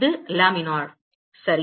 இது லேமினார் சரி